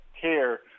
care